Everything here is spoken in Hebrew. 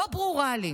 לא ברורה לי.